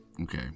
Okay